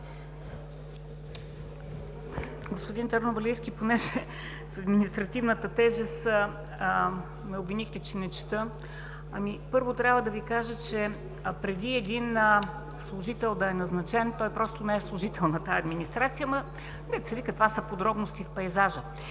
Господин Търновалийски, понеже ме обвинихте за административната тежест, че не чета, първо трябва да Ви кажа, че преди един служител да е назначен, той просто не е служител на тази администрация, ама, дето се вика, това са подробности в пейзажа.